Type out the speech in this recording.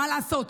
מה לעשות,